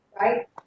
Right